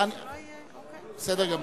בסדר גמור.